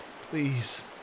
Please